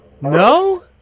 No